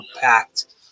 packed